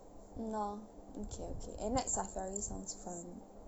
mm lor okay okay and night safari sounds fun